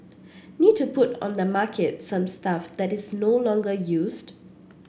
need to put on the market some stuff that is no longer used